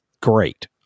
great